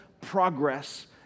progress